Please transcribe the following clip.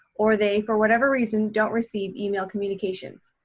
or they for whatever reason don't receive email communications.